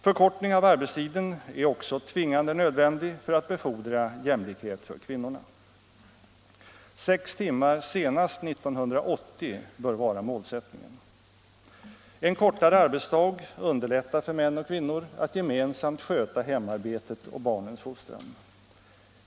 Förkortning av arbetstiden är också tvingande nödvändig för att befordra jämlikhet för kvinnorna. Sex timmar senast 1980 bör vara målsättningen. En kortare arbetsdag underlättar för män och kvinnor att gemensamt sköta hemarbetet och barnens fostran.